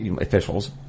officials